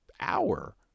hour